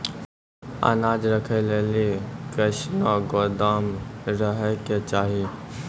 अनाज राखै लेली कैसनौ गोदाम रहै के चाही?